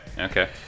okay